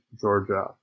Georgia